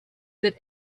that